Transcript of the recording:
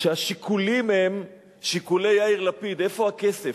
כשהשיקולים הם שיקולי יאיר לפיד, איפה הכסף,